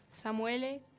Samuele